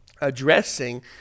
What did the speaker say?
addressing